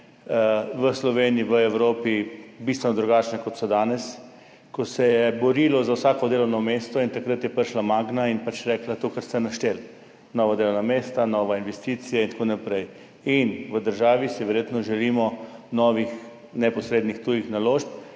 v Sloveniji, v Evropi bistveno drugačne, kot so danes, ko se je borilo za vsako delovno mesto. Takrat je prišla Magna in pač rekla to, kar ste našteli – nova delovna mesta, nove investicije in tako naprej. In v državi si verjetno želimo novih neposrednih tujih naložb,